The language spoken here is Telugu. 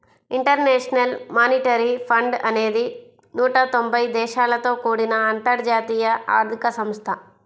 ఇంటర్నేషనల్ మానిటరీ ఫండ్ అనేది నూట తొంబై దేశాలతో కూడిన అంతర్జాతీయ ఆర్థిక సంస్థ